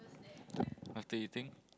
after eating